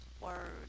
word